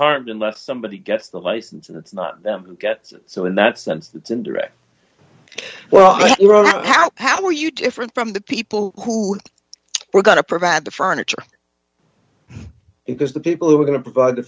harmed unless somebody gets the license and it's not them gets so in that sense it's indirect well iran how how were you different from the people who were going to provide the furniture because the people who were going to provide the